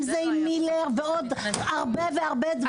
אם זה מילר ועוד הרבה והרבה דברים.